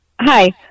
Hi